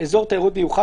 (אזור תיירות מיוחד,